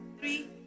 three